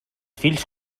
fills